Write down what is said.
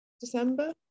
december